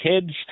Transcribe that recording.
kids